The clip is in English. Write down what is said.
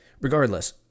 Regardless